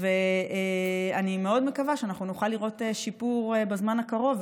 ואני מקווה מאוד שנוכל לראות שיפור בזמן הקרוב,